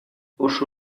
oso